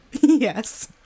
Yes